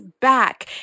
back